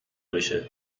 بشه